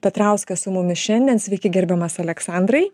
petrauskas su mumis šiandien sveiki gerbiamas aleksandrai